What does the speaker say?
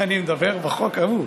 שאני מדבר על החוק ההוא.